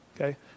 Okay